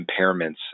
impairments